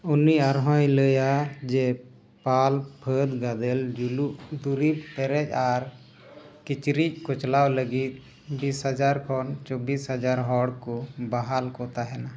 ᱩᱱᱤ ᱟᱨᱦᱚᱸᱭ ᱞᱟᱹᱭᱟ ᱡᱮ ᱯᱟᱞ ᱯᱷᱟᱹᱞ ᱜᱟᱫᱮᱞ ᱡᱩᱞᱩᱜ ᱫᱩᱨᱤᱵ ᱯᱮᱨᱮᱡ ᱟᱨ ᱠᱤᱪᱨᱤᱡᱽ ᱠᱚᱪᱞᱟᱣ ᱞᱟᱹᱜᱤᱫ ᱵᱤᱥ ᱦᱟᱡᱟᱨ ᱠᱷᱚᱱ ᱪᱚᱵᱵᱤᱥ ᱦᱟᱡᱟᱨ ᱦᱚᱲ ᱠᱚ ᱵᱟᱦᱟᱞ ᱠᱚ ᱛᱟᱦᱮᱱᱟ